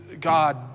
God